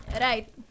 Right